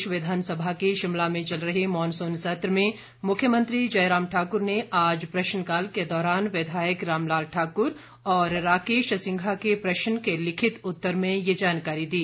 प्रदेश विधानसभा के शिमला में चल रहे मॉनसून सत्र में मुख्यमंत्री जयराम ठाक्र ने आज प्रश्नकाल के दौरान विधायक रामलाल ठाकुर और राकेश सिंघा के प्रश्न के लिखित उत्तर में ये जानकारी दी